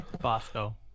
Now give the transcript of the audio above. Bosco